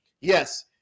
yes